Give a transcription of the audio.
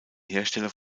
hersteller